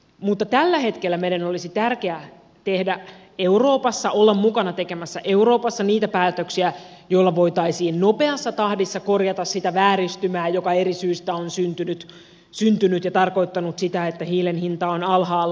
mutta tällä hetkellä meidän olisi tärkeää tehdä euroopassa ja olla mukana tekemässä euroopassa niitä päätöksiä joilla voitaisiin nopeassa tahdissa korjata sitä vääristymää joka eri syistä on syntynyt ja tarkoittanut sitä että hiilen hinta on alhaalla